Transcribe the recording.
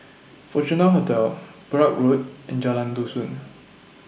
Fortuna Hotel Perak Road and Jalan Dusun